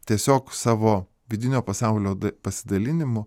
tiesiog savo vidinio pasaulio pasidalinimu